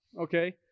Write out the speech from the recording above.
Okay